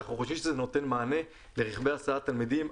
אנחנו חושבים שזה נותן מענה לרכבי הסעת תלמידים,